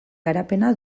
garapena